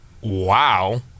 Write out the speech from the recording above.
Wow